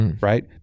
Right